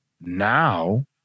Now